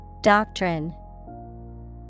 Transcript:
Doctrine